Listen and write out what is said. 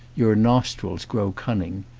your nostrils grow cunning.